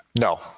No